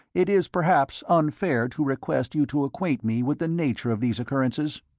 it is perhaps unfair to request you to acquaint me with the nature of these occurrences?